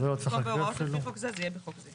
במקום בהוראות לפי סעיף זה, זה יהיה בחוק זה.